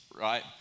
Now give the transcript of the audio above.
right